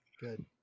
good